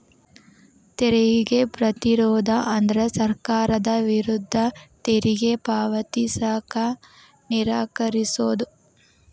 ತೆರಿಗೆ ಪ್ರತಿರೋಧ ಅಂದ್ರ ಸರ್ಕಾರದ ವಿರುದ್ಧ ತೆರಿಗೆ ಪಾವತಿಸಕ ನಿರಾಕರಿಸೊದ್